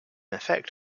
effect